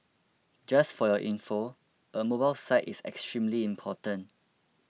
just for your info a mobile site is extremely important